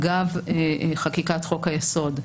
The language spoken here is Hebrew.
אגב חקיקת חוק היסוד,